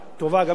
מול הציבור,